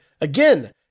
again